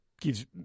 gives